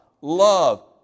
Love